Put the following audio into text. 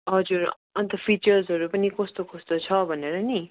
हजुर अन्त फिचर्सहरू पनि कस्तो कस्तो छ भनेर नि